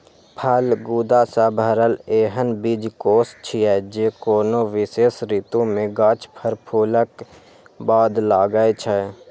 फल गूदा सं भरल एहन बीजकोष छियै, जे कोनो विशेष ऋतु मे गाछ पर फूलक बाद लागै छै